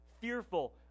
fearful